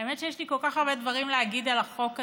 האמת שיש לי כל כך הרבה דברים להגיד על החוק הזה,